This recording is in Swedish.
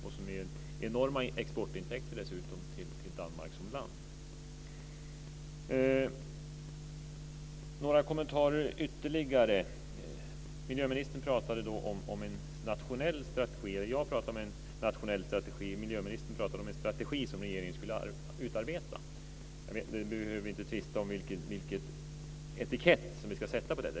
Det ger dessutom enorma exportintäkter till Danmark som land. Några kommentarer ytterligare. Jag pratade om en nationell strategi. Miljöministern pratade om en strategi som regeringen skulle utarbeta. Vi behöver inte tvista om vilken etikett vi ska sätta på detta.